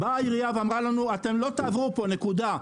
באה העירייה ואמרה לנו: אתם לא תעברו פה, נקודה.